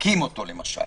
מכים אותו למשל